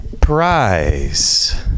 prize